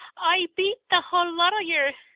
i beat the hull lot o' yer!